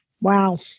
Wow